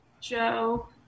Joe